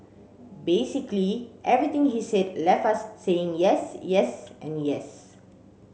basically everything he said left us saying yes yes and yes